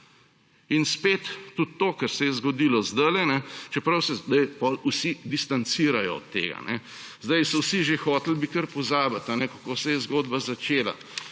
Tudi to, kar se je zgodilo zdaj, čeprav se zdaj potem vsi distancirajo od tega. Zdaj so vsi že hoteli kar pozabiti, kako se je zgodba začela